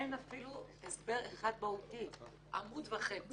אין אפילו הסבר אחד מהותי לאורך עמוד וחצי.